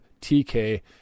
TK